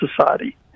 society